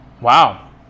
Wow